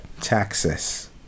taxes